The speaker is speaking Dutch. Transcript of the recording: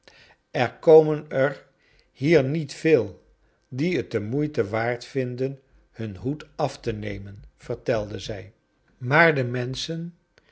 er komen er hier niet veel die het de moeite waard vinden hun hoed af te nemen vertelde zij maar de menschen